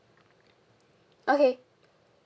okay